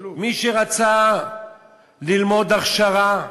מי שרצה ללמוד הכשרה בהוראה,